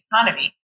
economy